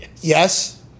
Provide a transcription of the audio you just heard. yes